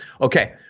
Okay